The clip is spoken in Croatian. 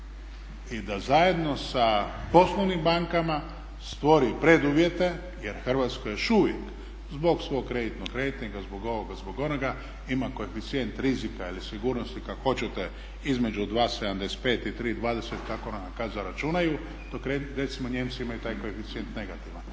i da zajedno sa poslovnim bankama stvori preduvjete jer Hrvatska još uvijek zbog svog kreditnog rejtinga, zbog ovoga, zbog onoga ima koeficijent rizika ili sigurnosti kako god hoćete između 2,75 i 3,20 kako nam kada zaračunaju, dok recimo Nijemci imaju taj koeficijent negativan,